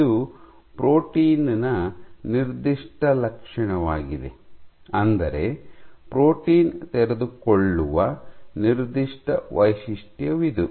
ಇದು ಪ್ರೋಟೀನ್ ನ ನಿರ್ದಿಷ್ಟ ಲಕ್ಷಣವಾಗಿದೆ ಅಂದರೆ ಪ್ರೋಟೀನ್ ತೆರೆದುಕೊಳ್ಳುವ ನಿರ್ದಿಷ್ಟ ವೈಶಿಷ್ಟ್ಯವಿದು